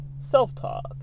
self-talk